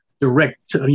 direct